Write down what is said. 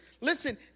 listen